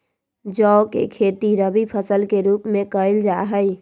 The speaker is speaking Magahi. जौ के खेती रवि फसल के रूप में कइल जा हई